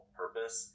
purpose